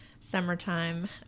summertime